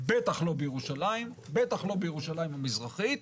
בטח לא בירושלים, בטח לא בירושלים המזרחית,